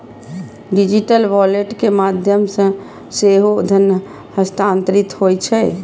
digital wallet के माध्यम सं सेहो धन हस्तांतरित होइ छै